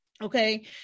Okay